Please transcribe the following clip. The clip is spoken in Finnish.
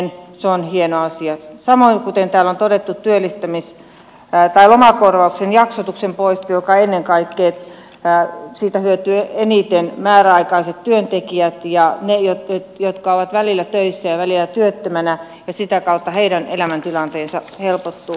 se on hieno asia samoin kuten täällä on todettu lomakorvauksen jaksotuksen poisto josta ennen kaikkea hyötyvät eniten määräaikaiset työntekijät ja ne jotka ovat välillä töissä ja välillä työttömänä ja sitä kautta heidän elämäntilanteensa helpottuu